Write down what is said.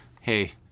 Hey